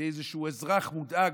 מאיזשהו אזרח מודאג,